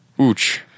ouch